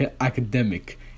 academic